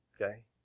Okay